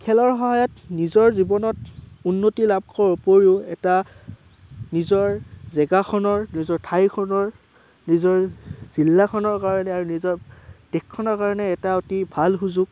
খেলৰ সহায়ত নিজৰ জীৱনত উন্নতি লাভ উপৰিও এটা নিজৰ জেগাখনৰ নিজৰ ঠাইখনৰ নিজৰ জিলাখনৰ কাৰণে আৰু নিজৰ দেশখনৰ কাৰণে এটা অতি ভাল সুযোগ